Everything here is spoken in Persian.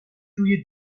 روی